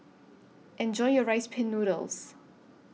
Enjoy your Rice Pin Noodles